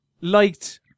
liked